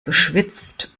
geschwitzt